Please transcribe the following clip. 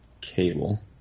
Cable